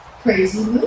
crazy